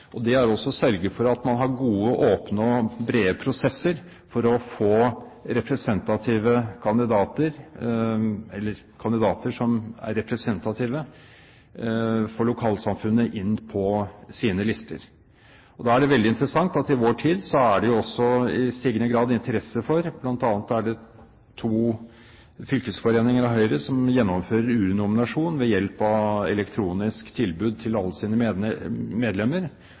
for at man har gode, åpne og brede prosesser for å få kandidater som er representative for lokalsamfunnet, inn på listene. Da er det veldig interessant at i vår tid er det også i stigende grad interesse for – bl.a. er det to fylkesforeninger i Høyre som gjør det – å gjennomføre urnominasjonen ved hjelp av et elektronisk tilbud til alle sine medlemmer.